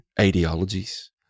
ideologies